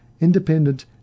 independent